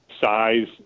size